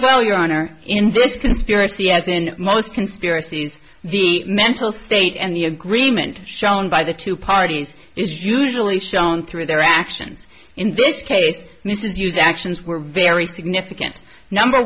well your honor in this conspiracy as in most conspiracies the mental state and the agreement shown by the two parties is usually shown through their actions in this case mrs hughes actions were very significant number